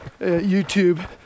YouTube